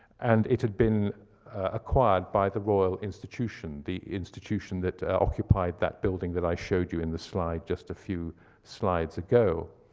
and it had been acquired by the royal institution, the institution that occupied that building that i showed you in the slide just a few slides ago.